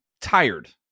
tired